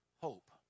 hope